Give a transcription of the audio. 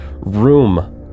room